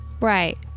Right